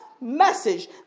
message